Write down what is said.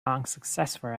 unsuccessful